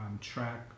track